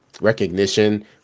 recognition